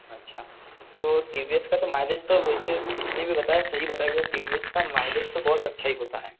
अच्छा तो T V S का तो माइलेज तो वैसे जिसने भी बताया सही बताया क्योंकि टी वी एस का माइलेज तो बहुत अच्छा ही होता है